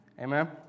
Amen